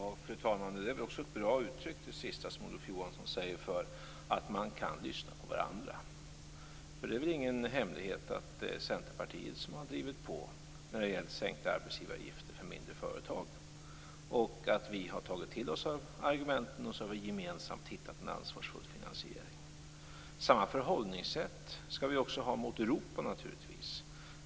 Fru talman! Det sista Olof Johansson sade är också ett bra uttryck för att man kan lyssna på varandra. Det är väl ingen hemlighet att det är Centerpartiet som har drivit på när det gällt sänkta arbetsgivaravgifter för mindre företag. Vi har tagit till oss argumenten, och gemensamt har vi hittat en ansvarsfull finansiering. Samma förhållningssätt skall vi naturligtvis också ha mot Europa.